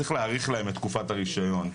צריך להאריך להם את תקופת הרשיון.